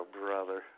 brother